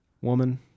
Woman